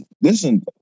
listen